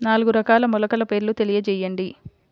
నాలుగు రకాల మొలకల పేర్లు తెలియజేయండి?